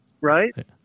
right